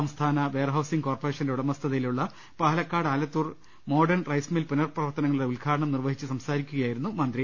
സംസ്ഥാന warehousing കോർപ്പറേഷന്റെ ഉടമസ്ഥതയിലുള്ള Palakkad Alathur modern rice mill പുനപ്രവർത്തനങ്ങളുടെ ഉദ്ഘാടനം നിർവ്വഹിച്ചു സംസാരിക്കുകയായിരുന്നു മന്ത്രി